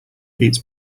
eats